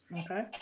Okay